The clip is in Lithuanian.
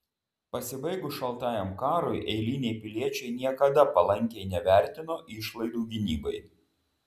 pasibaigus šaltajam karui eiliniai piliečiai niekada palankiai nevertino išlaidų gynybai